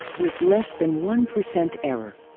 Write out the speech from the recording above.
with less than one percent error.